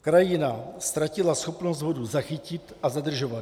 Krajina ztratila schopnost vodu zachytit a zadržovat ji.